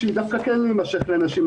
שהיא דווקא כן להימשך לנשים,